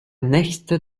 nächste